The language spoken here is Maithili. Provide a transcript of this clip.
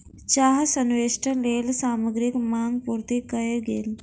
चाह संवेष्टनक लेल सामग्रीक मांग पूर्ति कयल गेल